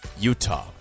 Utah